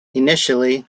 initially